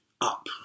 up